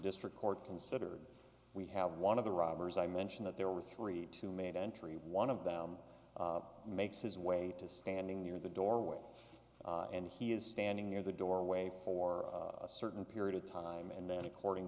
district court considers we have one of the robbers i mentioned that there were three two made entry one of them makes his way to standing near the doorway and he is standing near the doorway for a certain period of time and then according